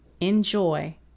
Enjoy